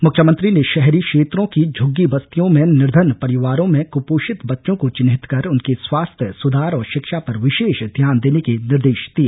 मुख्यमंत्री ने शहरी क्षेत्रों की झुग्गी बस्तियों में निर्धन परिवारों में कुपोषित बच्चों को चिन्हित कर उनके स्वास्थ्य सुधार और शिक्षा पर विशेष ध्यान देने के निर्देश दिए